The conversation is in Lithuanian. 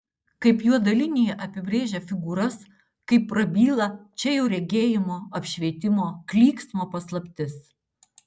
kaip juoda linija apibrėžia figūras kaip prabyla čia jau regėjimo apšvietimo klyksmo paslaptis